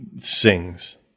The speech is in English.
sings